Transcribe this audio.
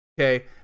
Okay